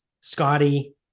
Scotty